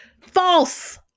False